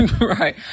right